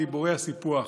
דיבורי הסיפוח.